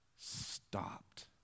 stopped